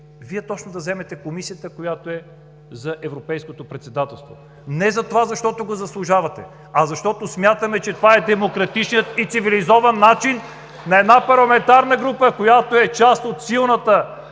Вие точно да заемете комисията, която е за европейското председателство и не за това, защото го заслужавате, а защото смятаме, че това е демократичният и цивилизован начин на работа на една парламентарна група, която е част от силната